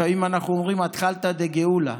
לפעמים אנחנו אומרים אתחלתא דגאולה,